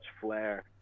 flair